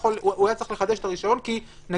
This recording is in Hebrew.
הוא היה צריך לחדש את הרישיון כי נגיד